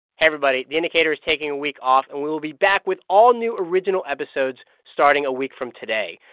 hey everybody. the indicator is taking a week off, and we will be back with all new original episodes starting a week from today.